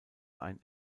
ein